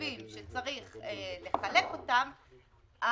נוספים שצריך לחלק אותם,